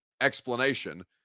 explanation